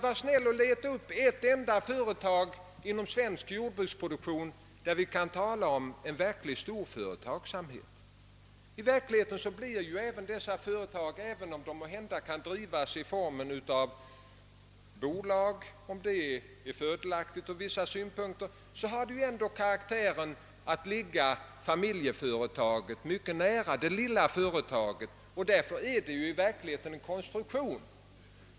Var snäll och leta upp ett enda företag inom svensk jordbruksproduktion där vi kan tala om en verkligt stor företagsamhet! I verkligheten ligger dessa företag, även om de måhända kan drivas i form av bolag — om det ur vissa synpunkter är fördelaktigt — familjeföretaget, det lilla företaget, mycket nära och är i verkligheten en konstruktion.